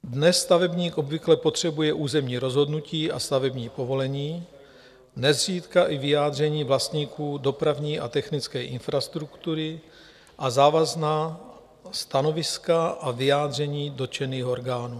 Dnes stavebník obvykle potřebuje územní rozhodnutí a stavební povolení, nezřídka i vyjádření vlastníků dopravní a technické infrastruktury a závazná stanoviska a vyjádření dotčených orgánů.